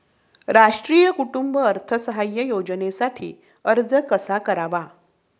राष्ट्रीय कुटुंब अर्थसहाय्य योजनेसाठी अर्ज कसा करावा?